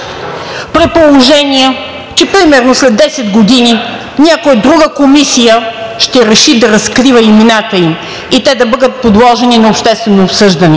при положение че примерно след 10 години някоя друга комисия ще реши да разкрива имената им и те да бъдат подложени на обществено осъждане.